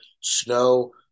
snow